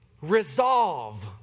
Resolve